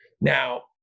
Now